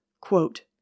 Quote